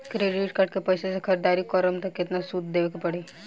Credit card के पैसा से ख़रीदारी करम त केतना सूद देवे के पड़ी?